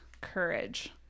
courage